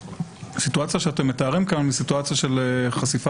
הסיטואציה שאתם מתארים כאן היא סיטואציה של חשיפה